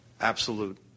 absolute